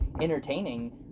entertaining